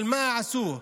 אבל מה עשו?